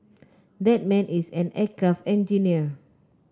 that man is an aircraft engineer